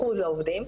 אחוז העובדים,